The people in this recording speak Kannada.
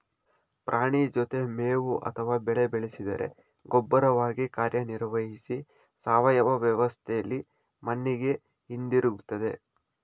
ಪ್ರಾಣಿ ಜೊತೆ ಮೇವು ಅಥವಾ ಬೆಳೆ ಬೆಳೆಸಿದರೆ ಗೊಬ್ಬರವಾಗಿ ಕಾರ್ಯನಿರ್ವಹಿಸಿ ಸಾವಯವ ವ್ಯವಸ್ಥೆಲಿ ಮಣ್ಣಿಗೆ ಹಿಂದಿರುಗ್ತದೆ